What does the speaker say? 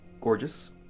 gorgeous